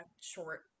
short